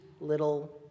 little